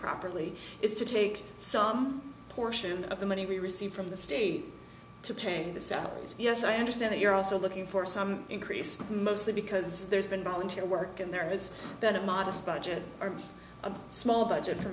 improperly is to take some portion of the money we receive from the state to paying the salaries yes i understand that you're also looking for some increase mostly because there's been volunteer work and there is that modest budget or a small budget for